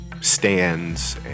stands